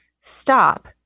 stop